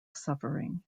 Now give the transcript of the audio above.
suffering